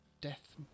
Death